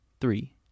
three